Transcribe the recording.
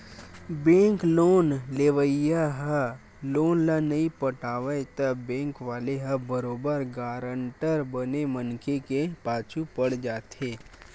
bank loan लेवइया ह loan ल नइ पटावय त बेंक वाले ह बरोबर गारंटर बने मनखे के पाछू पड़ जाथे